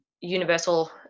universal